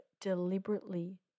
deliberately